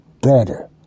better